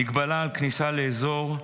מגבלה על כניסה לאזור,